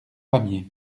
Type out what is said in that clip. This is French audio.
pamiers